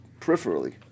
peripherally